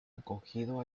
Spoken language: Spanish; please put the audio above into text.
acogido